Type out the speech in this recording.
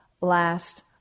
last